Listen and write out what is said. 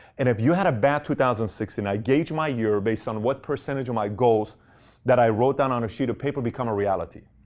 and if you had a bad two thousand and sixteen, i gauge my year based on what percentage of my goals that i wrote down on a sheet of paper become a reality.